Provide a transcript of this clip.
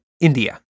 India